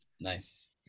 Nice